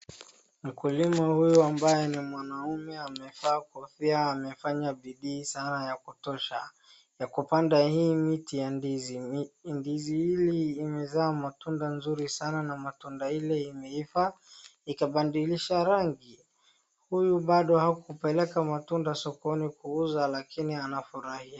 Mkulima huyu ambaye ni mwanume amevaa kofia amefanya bidii sana ya kutosha , yakupanda hii miti ndizi. Ndizi hili imezaa matunda nzuri sana matunda ile imeiva ikabadilisha rangi .Huyu bado hakupeleka matunda soko lakini anafurahia.